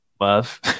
love